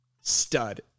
Stud